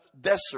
desert